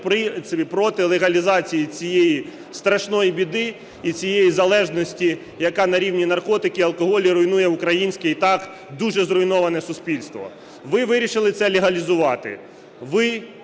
проти легалізації цієї страшної біди і цієї залежності, яка на рівні наркотиків і алкоголю руйнує українське і так дуже зруйноване суспільство. Ви вирішили це легалізувати.